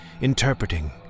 interpreting